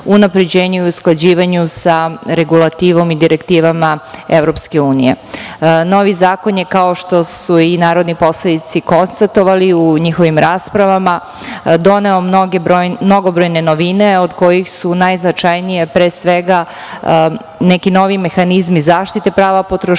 unapređenju i usklađivanju sa regulativom i direktivama EU.Novi zakon je, kao što su i narodni poslanici konstatovali u njihovim raspravama, doneo mnogobrojne novine, od kojih su najznačajnije, pre svega, neki novi mehanizmi zaštite prava potrošača